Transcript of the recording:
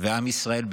ועם ישראל,